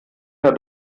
der